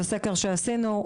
זה סקר שעשינו.